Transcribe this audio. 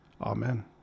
amen